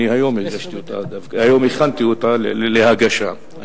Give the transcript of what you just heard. היום הכנתי אותה להגשה,